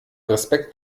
respekt